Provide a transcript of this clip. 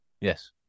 Yes